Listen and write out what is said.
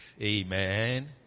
Amen